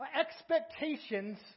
expectations